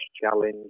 challenge